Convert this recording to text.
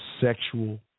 sexual